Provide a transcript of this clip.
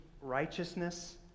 righteousness